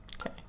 Okay